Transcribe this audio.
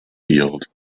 field